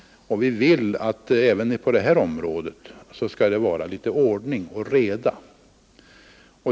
Vi vill att det även på detta område skall vara ordning och reda.